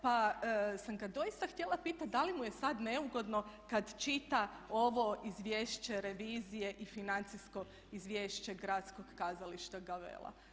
Pa sam ga doista htjela pitati da li mu je sad neugodno kad čita ovo izvješće revizije i financijsko izvješće Gradskog kazališta Gavella?